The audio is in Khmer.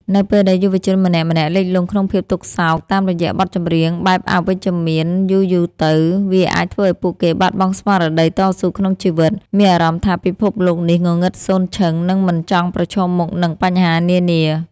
នៅពេលដែលយុវជនម្នាក់ៗលិចលង់ក្នុងភាពទុក្ខសោកតាមរយៈបទចម្រៀងបែបអវិជ្ជមានយូរៗទៅ វាអាចធ្វើឱ្យពួកគេបាត់បង់ស្មារតីតស៊ូក្នុងជីវិត មានអារម្មណ៍ថាពិភពលោកនេះងងឹតសូន្យឈឹង និងមិនចង់ប្រឈមមុខនឹងបញ្ហានានា